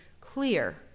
clear